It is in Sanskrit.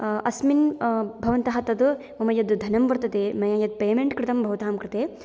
अस्मिन् भवन्तः तद् मम यद् धनं वर्तते मया यद् पेमेण्ट् कृतं भवतः कृते